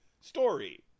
story